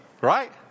Right